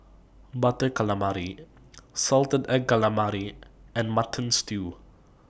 Butter Calamari Salted Egg Calamari and Mutton Stew